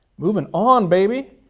moving on, baby.